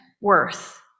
worth